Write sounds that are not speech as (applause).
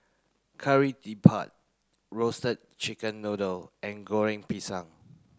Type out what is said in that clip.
Kari (unintelligible) roasted chicken noodle and Goreng Pisang